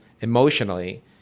emotionally